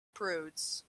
prudes